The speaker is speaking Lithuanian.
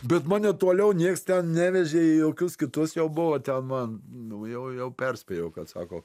bet mane toliau nieks ten nevežė į jokius kitus jau buvo ten man nu jau perspėjo kad sako